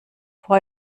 vor